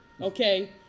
Okay